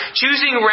choosing